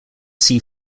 sea